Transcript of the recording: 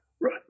Right